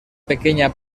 pequeña